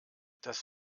das